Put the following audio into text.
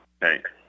Thanks